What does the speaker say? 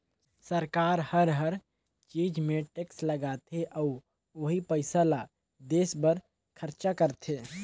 सरकार हर हर चीच मे टेक्स लगाथे अउ ओही पइसा ल देस बर खरचा करथे